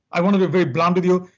i want to be very blunt with you,